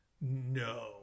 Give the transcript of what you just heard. No